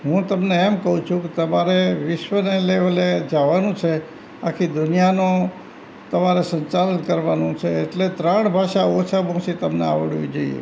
હું તમને એમ કહું છું કે તમારે વિશ્વને લેવલે જવાનું છે આખી દુનિયાનો તમારે સંચાલન કરવાનું છે એટલે ત્રણ ભાષા ઓછામાં ઓછી તમને આવડવી જોઈએ